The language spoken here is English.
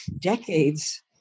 decades